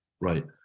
right